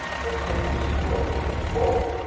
the safe is closed to us both.